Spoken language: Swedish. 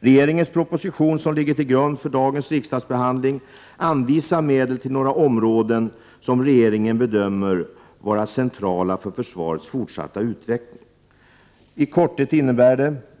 Regeringens proposition som ligger till grund för dagens riksdagsbehandling anvisar medel till några områden som regeringen bedömer vara centrala för försvarets fortsatta utveckling.